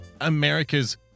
America's